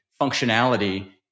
functionality